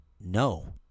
No